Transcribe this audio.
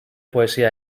poesia